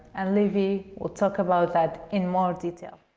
and levi will talk about that in more detail.